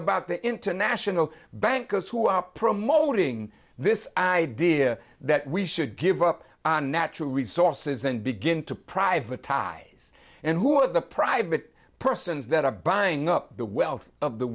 about the international bankers who are promoting this idea that we should give up on natural resources and begin to privatized and who have the private persons that are buying up the wealth of the